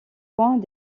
points